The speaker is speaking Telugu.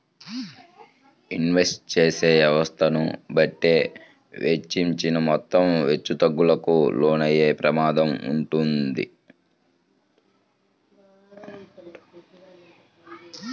ఇన్వెస్ట్ చేసే వ్యవస్థను బట్టే వెచ్చించిన మొత్తం హెచ్చుతగ్గులకు లోనయ్యే ప్రమాదం వుంటది